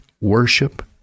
worship